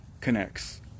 connects